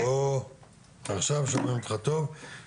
מה שנקרא האזור --- כמה תוכניות מפורטות יש לך שאתה יכול להיות,